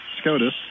SCOTUS